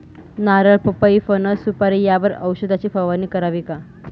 नारळ, पपई, फणस, सुपारी यावर औषधाची फवारणी करावी का?